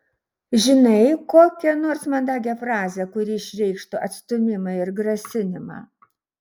žinai kokią nors mandagią frazę kuri išreikštų atstūmimą ir grasinimą